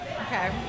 Okay